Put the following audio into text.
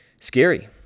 Scary